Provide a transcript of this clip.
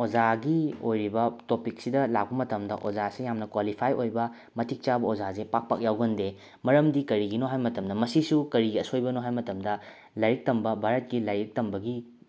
ꯑꯣꯖꯥꯒꯤ ꯑꯣꯏꯔꯤꯕ ꯇꯣꯄꯤꯛꯁꯤꯗ ꯂꯥꯛꯄ ꯃꯇꯝꯗ ꯑꯣꯖꯥꯁꯦ ꯌꯥꯝꯅ ꯀ꯭ꯋꯥꯂꯤꯐꯥꯏ ꯑꯣꯏꯕ ꯃꯇꯤꯛ ꯆꯥꯕ ꯑꯣꯖꯥꯁꯦ ꯄꯥꯛ ꯄꯥꯛ ꯌꯥꯎꯒꯟꯗꯦ ꯃꯔꯝꯗꯤ ꯀꯔꯤꯒꯤꯅꯣ ꯍꯥꯏ ꯃꯇꯝꯗ ꯃꯁꯤꯁꯨ ꯀꯔꯤꯒꯤ ꯑꯁꯣꯏꯕꯅꯣ ꯍꯥꯏ ꯃꯇꯝꯗ ꯂꯥꯏꯔꯤꯛ ꯇꯝꯕ ꯚꯥꯔꯠꯀꯤ ꯂꯥꯏꯔꯤꯛ ꯇꯝꯕꯒꯤ